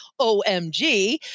OMG